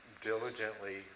diligently